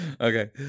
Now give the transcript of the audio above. Okay